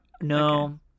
No